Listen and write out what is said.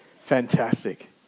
Fantastic